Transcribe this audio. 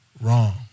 wrong